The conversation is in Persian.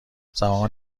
زمان